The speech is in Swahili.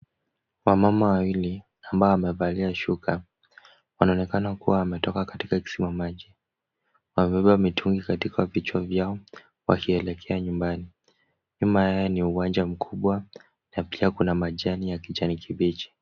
Wamama wawili ambao wamevalia shuka wanaonekana kua wametoka kuchota maji , wamevaa mitungu katika vichwa vyao wakielekea nyumbani , nyuma Yao ni uwanja mkubwa na pia Kuna majani ya kijani kibichi.